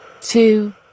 two